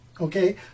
Okay